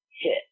hit